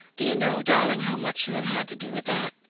do you know, darling, how much you have had to do with that?